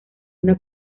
una